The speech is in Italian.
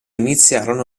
iniziarono